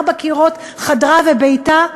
ארבעת קירות חדרה וביתה,